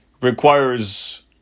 requires